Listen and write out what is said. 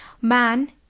Man